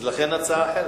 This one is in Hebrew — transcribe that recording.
אז לכן הצעה אחרת.